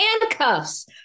handcuffs